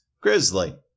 Grizzly